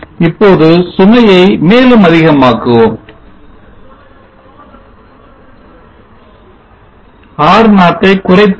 இப்போது சுமையை மேலும் அதிகமாக்குவோம் R0 ஐ குறைப்போம்